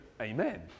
amen